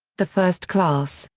the first class,